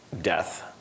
death